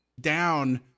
down